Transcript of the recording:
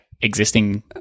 existing